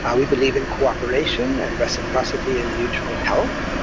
ah we believe in cooperation, and reciprocity and mutual help.